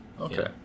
Okay